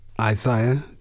Isaiah